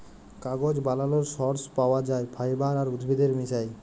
কাগজ বালালর সর্স পাউয়া যায় ফাইবার আর উদ্ভিদের মিশায়